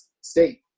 State